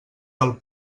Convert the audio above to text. del